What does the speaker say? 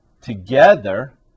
together